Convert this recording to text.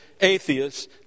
atheists